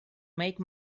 make